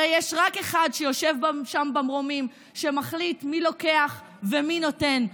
הרי יש רק אחד שיושב שם במרומים שמחליט מי לוקח ומי נותן,